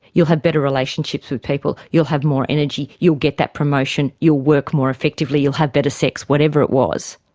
you'll have better relationships with people, you'll have more energy, you'll get that promotion, you'll work more effectively, you'll have better sex, whatever it was.